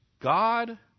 God